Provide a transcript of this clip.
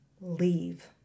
leave